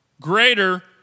Greater